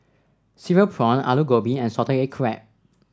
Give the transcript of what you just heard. Cereal prawn Aloo Gobi and Salted Egg Crab